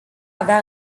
avea